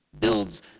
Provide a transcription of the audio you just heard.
builds